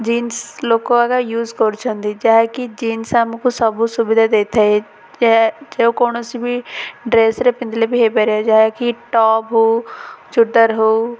jeans ଲୋକ ଆଗ use କରୁଛନ୍ତି ଯାହାକି ଜିନ୍ସ ଆମକୁ ସବୁ ସୁବିଧା ଦେଇଥାଏ ଯେ ଯେକୌଣସି ବି ଡ୍ରେସରେ ପିନ୍ଧିଲେ ବି ହେଇପାରିବ ଯାହାକି ଟପ୍ ହଉ ଚୁଡ଼ଦାର ହଉ